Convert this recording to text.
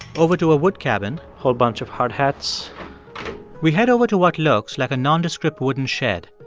over to a wood cabin whole bunch of hardhats we head over to what looks like a nondescript wooden shed.